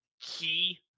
key